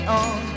on